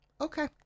okay